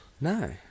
No